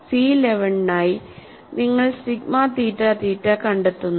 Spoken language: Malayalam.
സി 11 നായി നിങ്ങൾ സിഗ്മ തീറ്റ തീറ്റ കണ്ടെത്തുന്നു